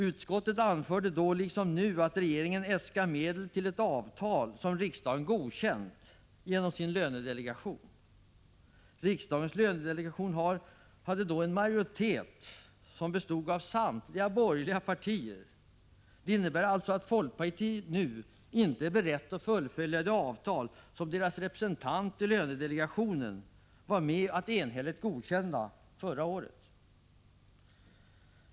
Utskottet anförde då, liksom nu, att regeringen äskar medel till ett avtal som riksdagen godkänt genom sin lönedelegation. Riksdagens lönedelegation hade vid det tillfället en majoritet som bestod av samtliga borgerliga partier. Det innebär alltså att folkpartiet nu inte är berett att fullfölja det avtal som deras representant i lönedelegationen var med om att enhälligt godkänna förra året.